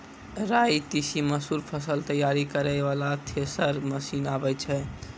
राई तीसी मसूर फसल तैयारी करै वाला थेसर मसीन आबै छै?